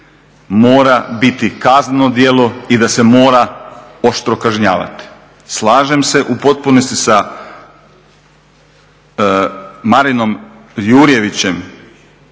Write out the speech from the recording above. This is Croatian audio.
mora biti kazneno djelo i da se mora oštro kažnjavati. Slažem se u potpunosti sa Marinom Jurjevićem,